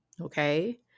Okay